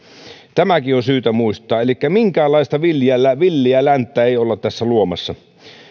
tämäkin on syytä muistaa elikkä minkäänlaista villiä länttä ei olla tässä luomassa